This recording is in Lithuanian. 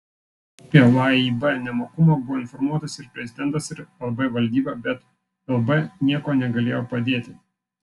apie laib nemokumą buvo informuotas ir prezidentas ir lb valdyba bet lb niekuo negalėjo padėti